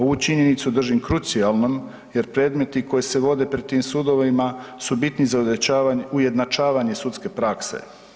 Ovu činjenicu držim krucijalnom jer predmeti koji se vode pred tim sudovima su bitni za ujednačavanje sudske prakse.